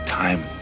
Time